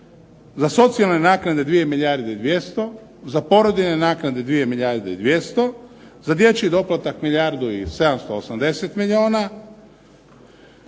za socijalne naknade 2 milijarde i 200, za porodiljne naknade 2 milijarde i 200, za dječji doplatak milijardu i 780 milijuna,